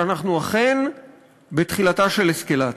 שאנחנו אכן בתחילתה של אסקלציה.